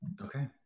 Okay